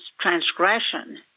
transgression